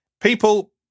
People